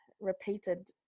repeated